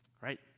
right